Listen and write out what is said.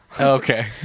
okay